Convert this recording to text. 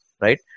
right